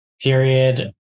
period